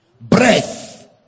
Breath